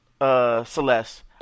Celeste